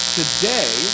today